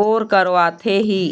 bore करवाथे ही